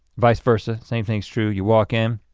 vice versa, same thing's true, you walk in.